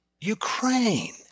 Ukraine